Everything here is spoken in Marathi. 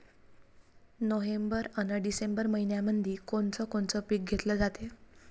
नोव्हेंबर अन डिसेंबर मइन्यामंधी कोण कोनचं पीक घेतलं जाते?